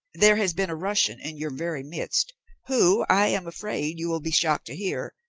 there has been a russian in your very midst who, i am afraid, you will be shocked to hear,